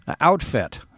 outfit